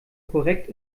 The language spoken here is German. korrekt